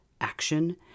action